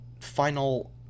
final